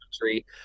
country